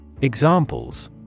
Examples